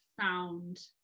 found